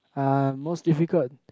uh most difficult